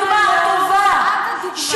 את בדיוק הדוגמה הטובה, את הדוגמה.